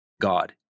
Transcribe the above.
God